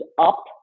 up